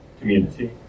community